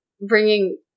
Bringing